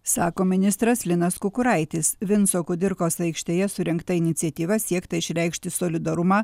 sako ministras linas kukuraitis vinco kudirkos aikštėje surengta iniciatyva siekta išreikšti solidarumą